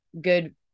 good